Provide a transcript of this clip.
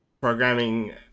programming